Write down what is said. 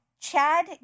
Chad